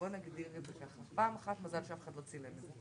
גם אני נפלתי בתוך העניין ואני מתנצלת על הקול המתכתי.